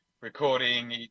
recording